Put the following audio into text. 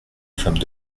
femmes